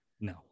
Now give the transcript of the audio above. No